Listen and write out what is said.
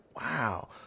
wow